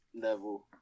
level